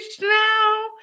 now